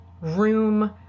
room